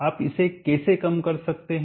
आप इसे कैसे कम कर सकते हैं